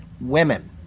women